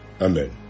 Amen